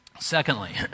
Secondly